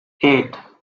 eight